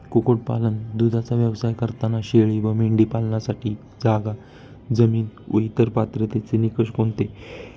कुक्कुटपालन, दूधाचा व्यवसाय करताना शेळी व मेंढी पालनासाठी जागा, जमीन व इतर पात्रतेचे निकष कोणते?